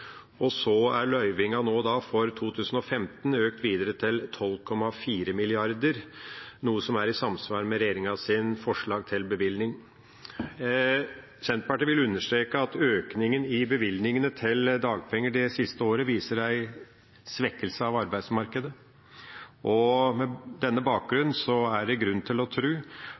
og så er løyvinga for 2015 økt videre til 12,4 mrd. kr, noe som er i samsvar med regjeringas forslag til bevilgning. Senterpartiet vil understreke at økninga i bevilgningene til dagpenger det siste året viser en svekkelse av arbeidsmarkedet. På denne bakgrunn er det grunn til å